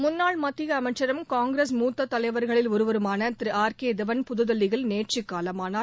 முன்னாள் மத்திய அமைச்சரும் காங்கிரஸ் மூத்தத் தலைவா்களில் ஒருவருமான திரு ஆர் கே தவான் புதுதில்லியில் நேற்று காலமானார்